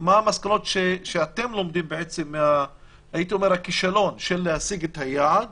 מהן המסקנות שאתם לומדים מהכישלון של להשיג את היעד